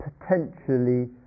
potentially